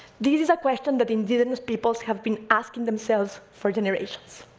this is a question that indigenous peoples have been asking themselves for generations.